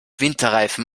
winterreifen